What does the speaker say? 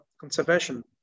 conservation